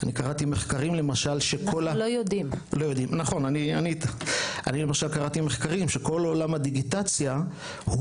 אני קראתי מחקרים שכל עולם הדיגיטציה הוא